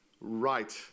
right